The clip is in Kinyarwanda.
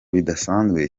bidasanzwe